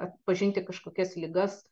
atpažinti kažkokias ligas